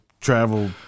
travel